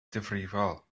difrifol